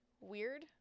weird